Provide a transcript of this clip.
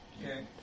Okay